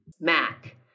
Mac